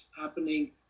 happening